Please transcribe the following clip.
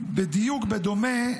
בדיוק בדומה,